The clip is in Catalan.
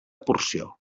porció